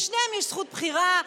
לשניהם יש זכות בחירה,